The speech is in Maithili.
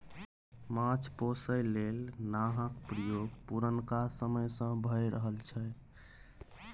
माछ पोसय लेल नाहक प्रयोग पुरनका समय सँ भए रहल छै